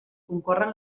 concorren